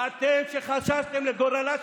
גועל נפש,